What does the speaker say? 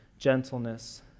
gentleness